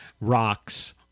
rocks